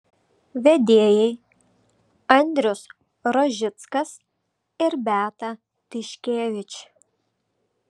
vedėjai andrius rožickas ir beata tiškevič